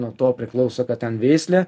nuo to priklauso kad ten veislė